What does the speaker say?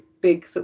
big